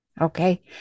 Okay